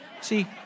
See